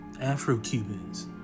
Afro-Cubans